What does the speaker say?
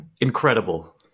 Incredible